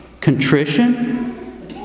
contrition